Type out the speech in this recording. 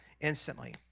instantly